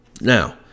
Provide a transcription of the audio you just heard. Now